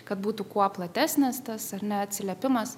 kad būtų kuo platesnis tas ar ne atsiliepimas